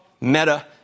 Meta